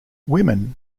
women